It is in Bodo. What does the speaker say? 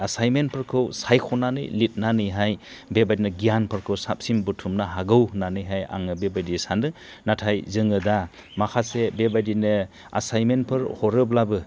आसाइन्टमेन्टफोरखौ सायख'नानै लिरनानैहाय बेबादिनो गियानफोरखौ साबसिन बुथुमनो हागौ होननानैहाय आङो बेबादि सान्दों नाथाय जोङो दा माखासे बेबादिनो आसाइन्टमेन्टफोर हरोब्लाबो